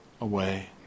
away